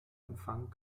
empfang